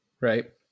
right